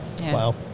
Wow